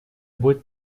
будет